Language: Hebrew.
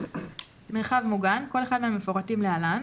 ""מרחב מוגן" כל אחד מהמפורטים להלן,